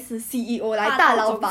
err